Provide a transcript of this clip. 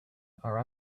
are